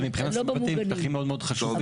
אז מבחינה סביבתית אלו שטחים מאוד מאוד חשובים.